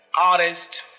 artist